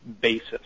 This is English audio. basis